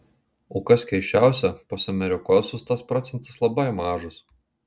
o kas keisčiausia pas amerikosus tas procentas labai mažas